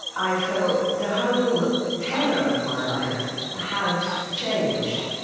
i felt the whole tenor of my life had changed,